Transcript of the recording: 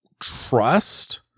trust